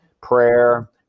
prayer